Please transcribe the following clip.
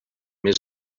mes